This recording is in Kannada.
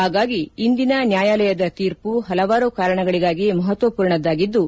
ಹಾಗಾಗಿ ಇಂದಿನ ನ್ಯಾಯಾಲಯ ತೀರ್ಮ ಪಲವಾರು ಕಾರಣಗಳಿಗಾಗಿ ಮಪತ್ವಸೂರ್ಣದ್ದಾಗಿದ್ದು